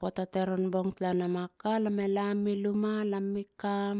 poata teron bong tala namaka. lam e lamumi luma. lami kam